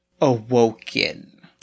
awoken